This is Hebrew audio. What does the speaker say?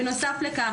בנוסף לכך,